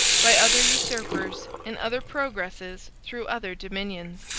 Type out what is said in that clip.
by other usurpers, in other progresses through other dominions.